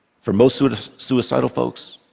for most sort of suicidal folks,